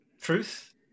truth